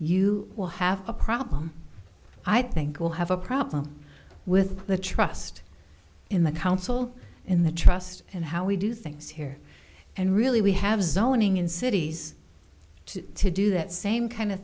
you will have a problem i think we'll have a problem with the trust in the council in the trust and how we do things here and really we have zoning in cities too to do that same kind of